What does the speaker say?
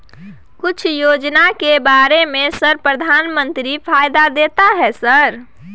कुछ योजना के बारे में सर प्रधानमंत्री फायदा देता है सर?